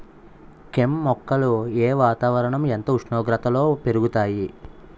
కెమ్ మొక్కలు ఏ వాతావరణం ఎంత ఉష్ణోగ్రతలో పెరుగుతాయి?